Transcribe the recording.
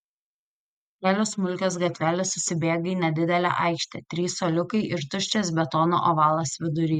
kelios smulkios gatvelės susibėga į nedidelę aikštę trys suoliukai ir tuščias betono ovalas vidury